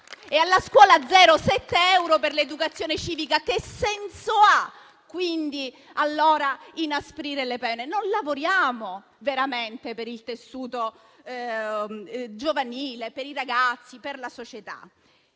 e alla scuola zero, 7 euro per l'educazione civica. Che senso ha, quindi, inasprire le pene? Non lavoriamo veramente per il tessuto giovanile, per i ragazzi, per la società.